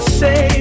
say